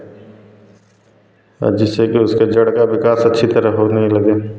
और जिससे कि उसके जड़ का विकास अच्छी तरह होने लगे